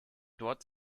dort